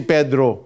Pedro